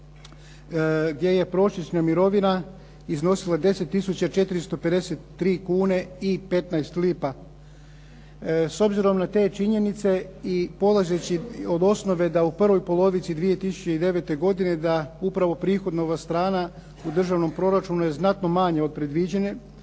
gdje je prosječna mirovina iznosila 10453 kune i 15 lipa. S obzirom na te činjenice i polazeći od osnove da u prvoj polovici 2009. godine da upravo prihodovna strana u državnom proračunu je znatno manja od predviđene